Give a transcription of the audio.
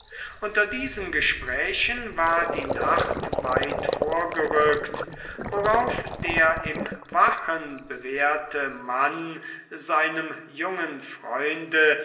unter diesen gesprächen war die nacht weit vorgerückt worauf der im wachen bewährte mann seinem jungen freunde